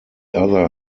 other